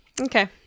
Okay